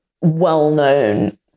well-known